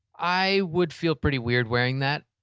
i would feel pretty weird wearing that.